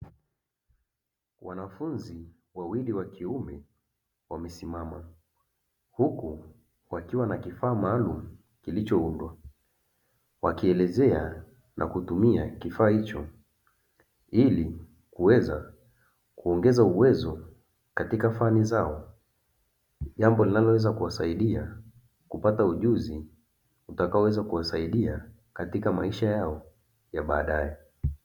Wanafunzi wawili wa kiume wamesimama, huku wakiwa na kifaa maalumu kilichoundwa, wakielezea na kutumia kifaa hicho kuweza kuongeza uwezo katika fani zao. Jambo linaloweza kuwasaidia kupata ujuzi utakaoweza kuwasaidia katika maisha yao ya baadae.